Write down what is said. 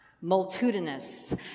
multitudinous